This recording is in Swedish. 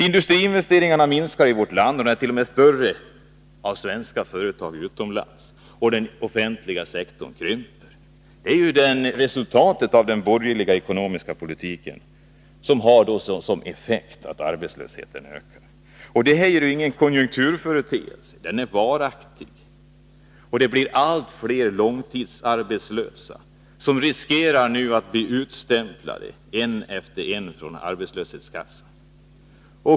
Industriinvesteringarna minskar i vårt land — svenska företags investeringar är t.o.m. större utomlands. Den offentliga sektorn krymper. Det är resultatet av den borgerliga ekonomiska politiken. Arbetslösheten är inte någon konjunkturföreteelse utan den är varaktig. Allt fler blir nu långtidsarbetslösa och löper risk att bli utstämplade från arbetslöshetskassan.